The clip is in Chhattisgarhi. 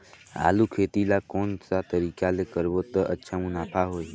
आलू खेती ला कोन सा तरीका ले करबो त अच्छा मुनाफा होही?